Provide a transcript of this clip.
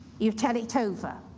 you tell it over.